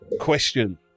question